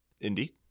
Indeed